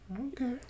okay